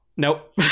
Nope